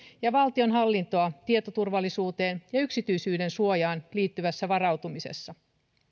ja valtionhallintoa tietoturvallisuuteen ja yksityisyydensuojaan liittyvässä varautumisessa